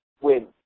win